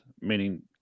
meaning